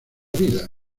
vida